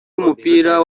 w’umupira